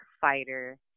fighter